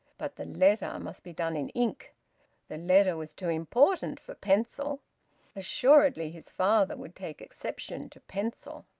but the letter must be done in ink the letter was too important for pencil assuredly his father would take exception to pencil.